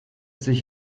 sich